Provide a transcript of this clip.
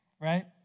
right